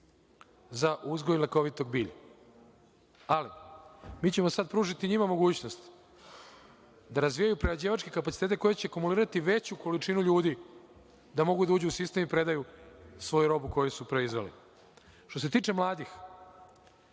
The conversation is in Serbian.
za uzgoj lekovitog bilja. Ali, mi ćemo sada pružiti njima mogućnost da razvijaju prerađivačke kapacitete koji će akumulirati veću količinu ljudi da mogu da uđu u sistem i predaju svoju robu koju su pre izneli. Što se tiče mladih,